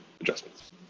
adjustments